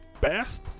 best